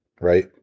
Right